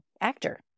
actor